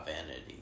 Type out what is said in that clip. Vanity